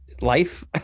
life